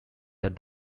that